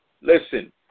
listen